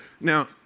Now